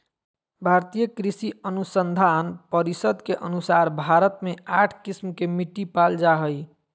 भारतीय कृषि अनुसंधान परिसद के अनुसार भारत मे आठ किस्म के मिट्टी पाल जा हइ